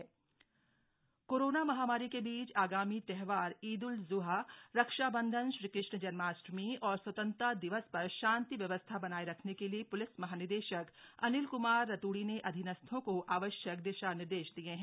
त्योहार guidelines corona महामारी के बीच आगामी त्योहार ईद उल जुहा रक्षाबंधन श्रीकृष्ण जन्माष्टमी और स्वतंत्रता दिवस पर शांति व्यवस्था बनाये रखने के लिए प्लिस महानिदेशक अनिल कुमार रतूड़ी ने अधीनस्थों को आवश्यक दिशा निर्देश दिये हैं